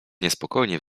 niespokojnie